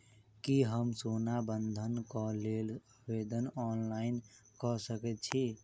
की हम सोना बंधन कऽ लेल आवेदन ऑनलाइन कऽ सकै छी?